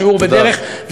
שיעור בדרך,